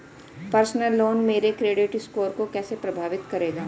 Personal loan मेरे credit score को कैसे प्रभावित करेगा?